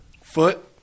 Foot